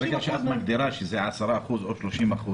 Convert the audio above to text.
ברגע שאת מגדירה שזה 10% או 30%,